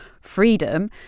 freedom